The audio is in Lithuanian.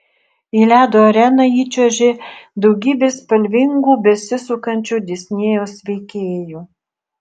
į ledo areną įčiuožė daugybė spalvingų besisukančių disnėjaus veikėjų